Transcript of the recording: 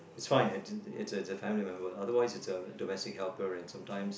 it's fine it it it a family member otherwise is a domestic helper and sometimes